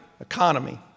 economy